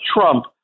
Trump